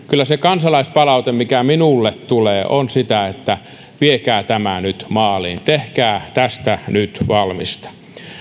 kyllä se kansalaispalaute mikä minulle tulee on sitä että viekää tämä nyt maaliin tehkää tästä nyt valmista